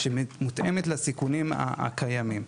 שמותאמת לסיכונים הקיימים.